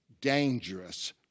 dangerous